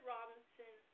Robinson